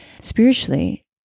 spiritually